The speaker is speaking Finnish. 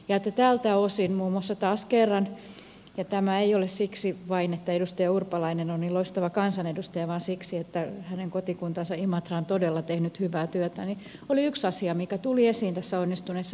ja tältä osin tämä muun muassa taas kerran ja tämä ei ole vain siksi että edustaja urpalainen on niin loistava kansanedustaja vaan siksi että hänen kotikuntansa imatra on todella tehnyt hyvää työtä oli yksi asia mikä tuli esiin tässä onnistuneessa imatran mallissakin